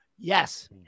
Yes